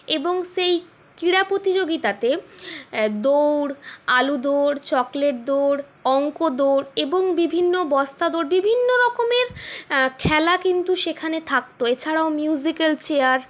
এবং সেই ক্রীড়া প্রতিযোগিতাতে দৌড় আলু দৌড় চকলেট দৌড় অঙ্ক দৌড় এবং বিভিন্ন বস্তা দৌড় বিভিন্ন রকমের খেলা কিন্তু সেখানে থাকত এছাড়াও মিউজিকাল চেয়ার